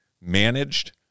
managed